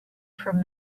from